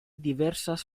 diversas